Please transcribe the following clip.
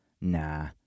Nah